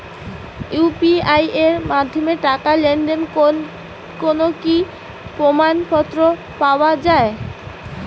UPI এর মাধ্যমে টাকা লেনদেনের কোন কি প্রমাণপত্র পাওয়া য়ায়?